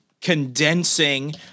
condensing